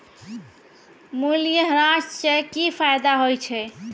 मूल्यह्रास से कि फायदा होय छै?